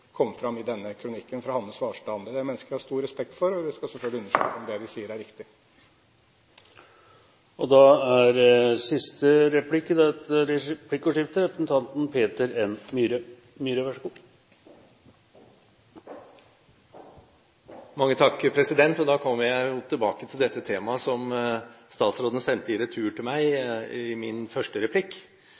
denne av kronikken av bl.a. Hanne Svarstad. Dette er mennesker jeg har stor respekt for, og jeg skal selvfølgelig undersøke om det de sier, er riktig. Da kommer jeg tilbake til dette temaet som statsråden sendte i retur til meg i min første replikk: Hva kan man gjøre for å bekjempe korrupsjon på en mer effektiv måte enn i dag? Forutsetningen er jo at man finner tiltak som ikke rammer sivilbefolkningen i